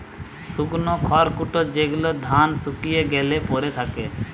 শুকনো খড়কুটো যেগুলো ধান শুকিয়ে গ্যালে পড়ে থাকে